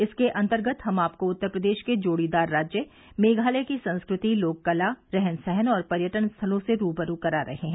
इसके अंतर्गत हम आपको उत्तर प्रदेश के जोड़ीदार राज्य मेघालय की संस्कृति लोक कला रहन सहन और पर्यटन स्थलों से रूबरू करा रहे हैं